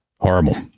horrible